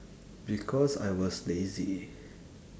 because I was lazy